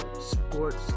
sports